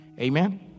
Amen